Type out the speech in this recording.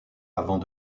avant